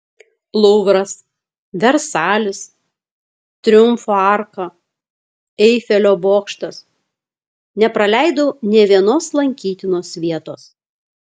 luvras versalis triumfo arka eifelio bokštas nepraleidau nė vienos lankytinos vietos